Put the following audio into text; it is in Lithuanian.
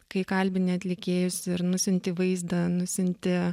kai kalbini atlikėjus ir nusiunti vaizdą nusiunti